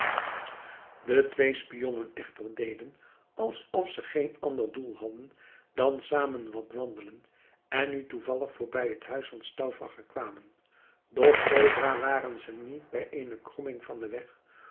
de twee spionnen echter deden alsof ze geen ander doel hadden dan samen wat wandelen en nu toevallig voorbij het huis van stauffacher kwamen doch zoodra waren ze niet bij eene kromming van den weg